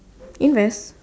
invest